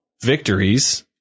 victories